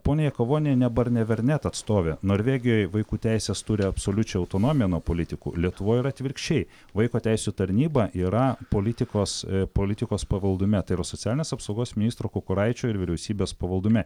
ponia jakavoniene barnevernet atstovė norvegijoj vaikų teisės turi absoliučią autonomiją nuo politikų lietuvoj yra atvirkščiai vaiko teisių tarnyba yra politikos politikos pavaldume tai yra socialinės apsaugos ministro kukuraičio ir vyriausybės pavaldume